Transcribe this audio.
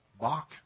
Bach